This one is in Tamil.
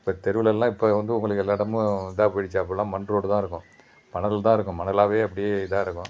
இப்போ தெருவுலெலாம் இப்போ வந்து உங்களுக்கு எல்லா இடமும் இதாக போயிடுச்சு அப்பெல்லாம் மண் ரோடு தான் இருக்கும் மணல்தான் இருக்கும் மணலாகவே அப்படியே இதாக இருக்கும்